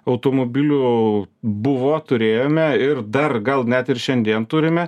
automobilių buvo turėjome ir dar gal net ir šiandien turime